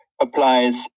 applies